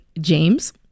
James